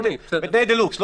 בתנאי דה לוקס.